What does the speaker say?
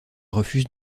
refuse